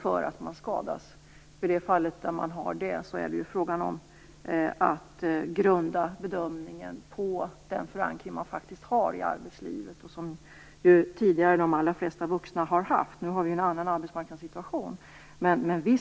för att de skadas. I de fall det finns en förankring i arbetslivet blir det fråga om att grunda bedömningen på denna. Tidigare har ju de flesta vuxna haft denna förankring, men nu är arbetsmarknadssituationen en annan.